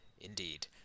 Indeed